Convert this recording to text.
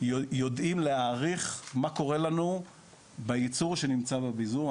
יודעים להעריך מה קורה לנו בייצור שנמצא בביזור.